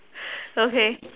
okay